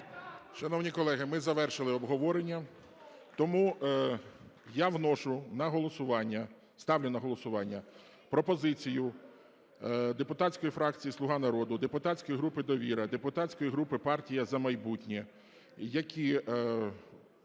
Шановні колеги, ми завершили обговорення. Тому я вношу на голосування, ставлю на голосування пропозицію депутатської фракції "Слуга народу", депутатської групи "Довіра", депутатської групи "Партія "За майбутнє" про